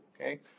Okay